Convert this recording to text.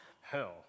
hell